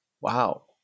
Wow